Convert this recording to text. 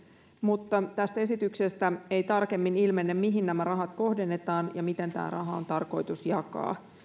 mutta tästä esityksestä ei tarkemmin ilmene mihin nämä rahat kohdennetaan ja miten tämä raha on tarkoitus jakaa